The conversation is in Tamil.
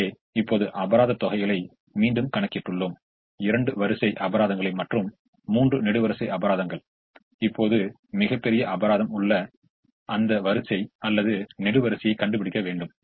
எனவே இப்போது அபராத தொகைகளை மீண்டும் கணக்கிட்டுள்ளோம் இரண்டு வரிசை அபராதங்கள் மற்றும் மூன்று நெடுவரிசை அபராதங்கள் இப்போது மிகப் பெரிய அபராதம் உள்ள அந்த வரிசை அல்லது நெடுவரிசையைக் கண்டுபிடிக்க வேண்டும்